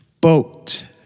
Boat